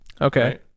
okay